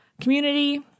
community